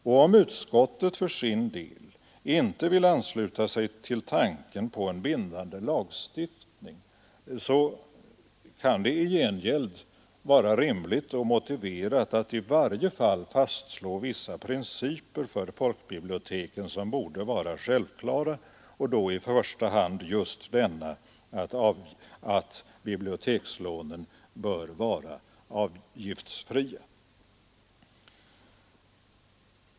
Och om utskottet för sin del inte vill ansluta sig till tanken på en bindande lagstiftning, så kan det i gengäld vara rimligt och motiverat att i varje fall slå fast vissa principer för folkbiblioteken som borde vara självklara, och då i första hand den att bibliotekslånen bör vara avgiftsfria.